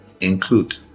include